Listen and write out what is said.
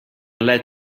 let